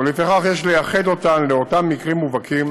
ולפיכך יש לייחד אותן לאותם מקרים מובהקים